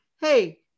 Hey